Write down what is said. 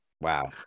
Wow